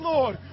Lord